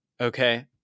Okay